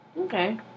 Okay